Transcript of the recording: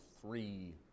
three